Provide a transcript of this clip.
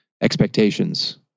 expectations